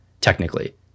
technically